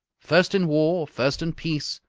first in war, first in peace,